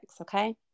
Okay